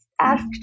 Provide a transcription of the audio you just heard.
Ask